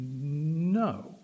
No